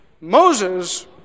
Moses